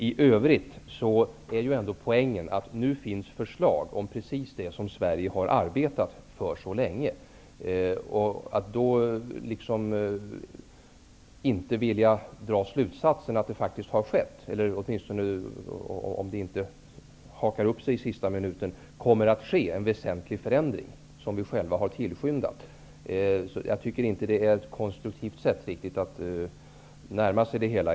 I övrigt är ju ändå poängen att det nu finns förslag om precis det som Sverige har arbetat för så länge. Att då inte vilja dra slutsatsen att det faktiskt skett -- eller åtminstone kommer att ske, om det inte hakar upp sig i sista minuten -- en väsentlig förändring som vi själva har tillskyndat, är inte ett konstruktivt sätt att närma sig det hela.